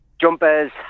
jumpers